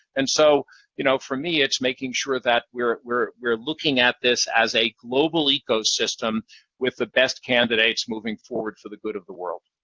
and so you know for me, it's making sure that we're we're looking at this as a global ecosystem with the best candidates moving forward for the good of the world.